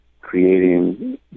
creating